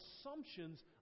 assumptions